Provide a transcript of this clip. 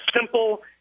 simple